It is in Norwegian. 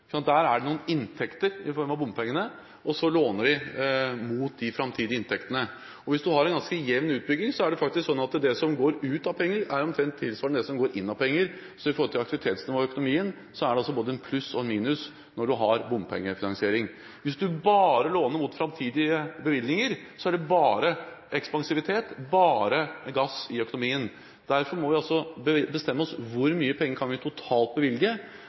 Der er det noen inntekter i form av bompenger, og så låner man mot de framtidige inntektene. Hvis man har en ganske jevn utbygging, er det faktisk sånn at det som går ut av penger, omtrent tilsvarer det som går inn av penger. Så i forhold til aktivitetsnivået i økonomien er det altså både et pluss og et minus når man har bompengefinansiering. Hvis man bare låner mot framtidige bevilgninger, er det bare ekspansivt, bare gass i økonomen. Derfor må vi altså bestemme oss for: Hvor mye penger kan vi totalt bevilge?